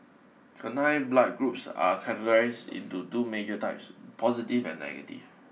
Canine Blood Groups are categorised into two major types positive and negative